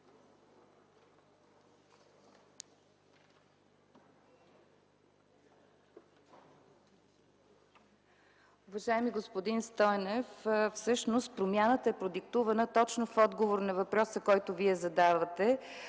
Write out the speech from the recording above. Уважаеми господин Стойнев, всъщност промяната е продиктувана точно в отговор на въпроса, който задавате